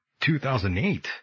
2008